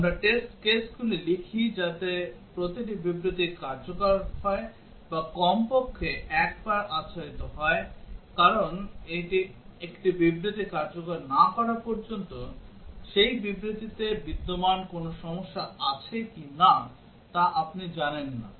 আমরা টেস্ট কেসগুলি লিখি যাতে প্রতিটি বিবৃতি কার্যকর হয় বা কমপক্ষে একবার আচ্ছাদিত হয় কারণ একটি বিবৃতি কার্যকর না করা পর্যন্ত সেই বিবৃতিতে বিদ্যমান কোনো সমস্যা আছে কিনা তা আপনি জানেন না